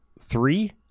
three